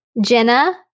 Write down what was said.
Jenna